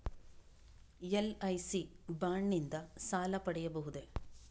LIC bond ನಿಂದ ಸಾಲ ಪಡೆಯಬಹುದೇ?